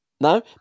No